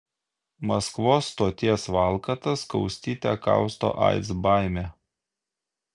maskvos stoties valkatas kaustyte kausto aids baimė